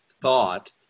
thought